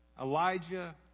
elijah